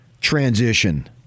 transition